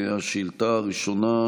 השאילתה הראשונה,